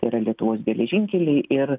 tai yra lietuvos geležinkeliai ir